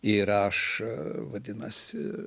ir aš vadinasi